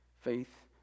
faith